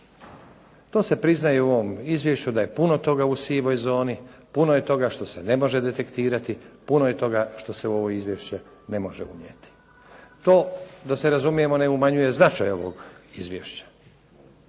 To se priznaje u ovom izvješću da je puno toga u sivoj zoni, puno je toga što se ne može detektirati, puno je toga što se u ovo izvješće ne može unijeti. To da se razumijemo ne umanjuje značaj ovog izvješća,